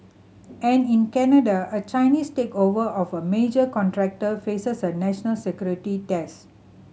and in Canada a Chinese takeover of a major contractor faces a national security test